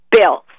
Bills